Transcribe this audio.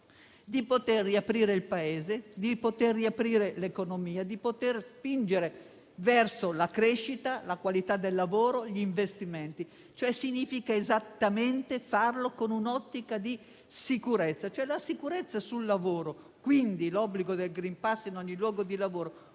per poter riaprire il Paese e le attività economiche, e per poter spingere verso la crescita, la qualità del lavoro, gli investimenti; significa esattamente farlo in un'ottica di sicurezza. La sicurezza sul lavoro, quindi l'obbligo del *green pass* sul luogo di lavoro,